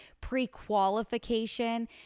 pre-qualification